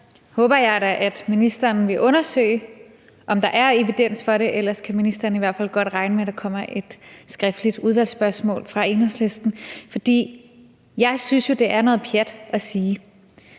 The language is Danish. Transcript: jeg da, at ministeren vil undersøge, om der er evidens for det, ellers kan ministeren i hvert fald godt regne med, at der kommer et skriftligt udvalgsspørgsmål fra Enhedslisten, for jeg synes jo, det er noget pjat at sige